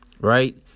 right